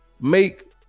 make